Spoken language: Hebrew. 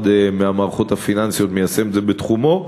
מהמערכות הפיננסיות מיישמת את זה בתחומה.